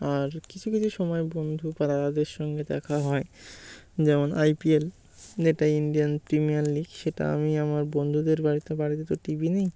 আর কিছু কিছু সময় বন্ধু বা দাদাদের সঙ্গে দেখা হয় যেমন আইপিএল এটা ইন্ডিয়ান প্রিমিয়ার লিগ সেটা আমি আমার বন্ধুদের বাড়িতে বাড়িতে তো টিভি নেই